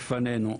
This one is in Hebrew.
בפנינו.